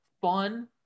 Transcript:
fun